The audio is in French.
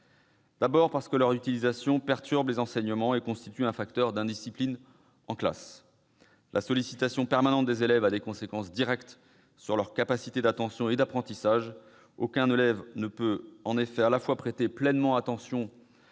D'abord, leur utilisation perturbe les enseignements et constitue un facteur d'indiscipline en classe. La sollicitation permanente des élèves a des conséquences directes sur leurs capacités d'attention et d'apprentissage : aucun élève ne peut en même temps prêter pleinement attention au professeur